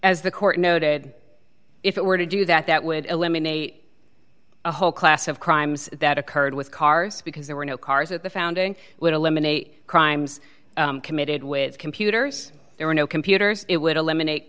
as the court noted if it were to do that that would eliminate a whole class of crimes that occurred with cars because there were no cars at the founding would eliminate crimes committed with computers there were no computers it would eliminate